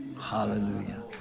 Hallelujah